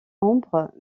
ombre